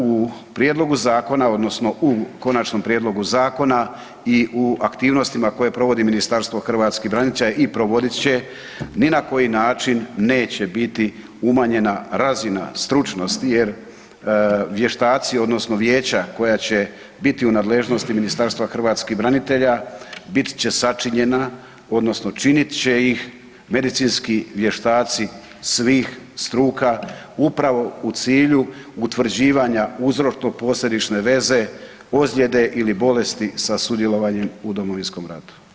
U prijedlogu zakona odnosno u konačnom prijedlogu zakona i u aktivnostima koje provodi Ministarstvo hrvatskih branitelja i provodit će, ni na koji način neće biti umanjena razina stručnosti jer vještaci odnosno vijeća koja će biti u nadležnosti Ministarstva hrvatskih branitelja, bit će sačinjena odnosno činit će ih medicinski vještaci svih struka upravo u cilju utvrđivanja uzročno-posljedične veze, ozlijede ili bolesti sa sudjelovanjem u Domovinskom ratu.